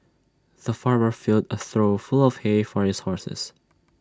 the farmer filled A trough full of hay for his horses